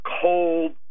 cold